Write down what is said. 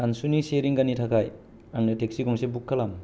सानसुनि से रिंगानि थाखाय आंनो टेक्सि गंसे बुक खालाम